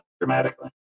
dramatically